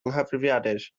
nghyfrifiadur